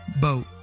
boat